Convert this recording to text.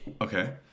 Okay